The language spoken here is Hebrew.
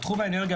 בתחום האנרגיה,